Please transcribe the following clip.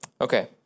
Okay